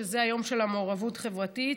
שזה היום של המעורבות החברתית.